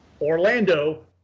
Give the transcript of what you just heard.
Orlando